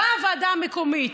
באה הוועדה המקומית,